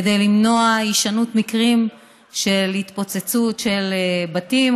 כדי למנוע הישנות מקרים של התפוצצות של בתים,